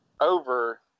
over